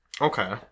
Okay